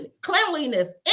cleanliness